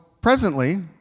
presently